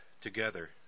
together